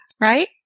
right